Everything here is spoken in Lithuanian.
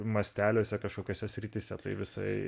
masteliuose kažkokiose srityse tai visai